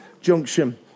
junction